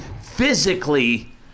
physically